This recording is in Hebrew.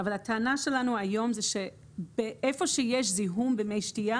אבל הטענה שלנו היום היא שאיפה שיש זיהום במי שתייה